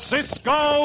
Cisco